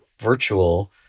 virtual